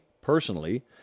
personally